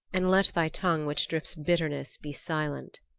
and let thy tongue which drips bitterness be silent.